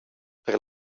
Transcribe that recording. per